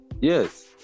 yes